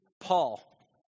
Paul